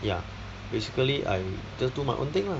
ya basically I just do my own thing lah